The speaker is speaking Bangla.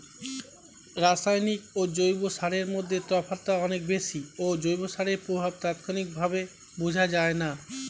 রাসায়নিক ও জৈব সারের মধ্যে তফাৎটা অনেক বেশি ও জৈব সারের প্রভাব তাৎক্ষণিকভাবে বোঝা যায়না